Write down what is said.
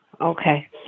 Okay